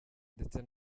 ndetse